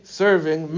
serving